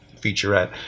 featurette